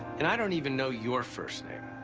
and i don't even know your first name.